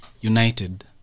United